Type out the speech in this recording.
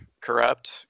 corrupt